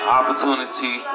opportunity